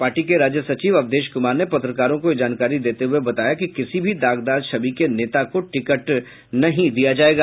party के राज्य सचिव अवधेश कुमार ने पत्रकारों को यह जानकारी देते हुये बताया कि किसी भी दागदार छवि के नेता को टिकट नहीं दिया जायेगा